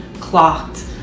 clocked